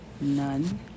None